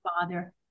father